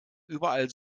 überall